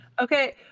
Okay